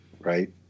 right